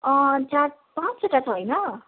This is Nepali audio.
अँ चार पाँचवटा छ होइन